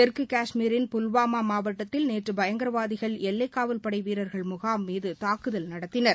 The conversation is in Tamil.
தெற்கு கஷ்மீரின் புல்வாமா மாவட்டத்தில் நேற்று பயங்கரவாதிகள் எல்லைக்காவல் படை வீரர்கள் முகாம் மீது தாக்குதல் நடத்தினர்